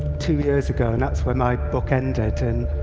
two years ago, and that's where my book ended. and